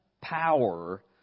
power